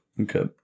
Okay